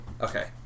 Okay